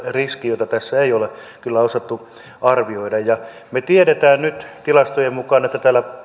riski jota tässä ei ole kyllä osattu arvioida me tiedämme nyt tilastojen mukaan että täällä